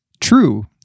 true